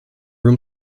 room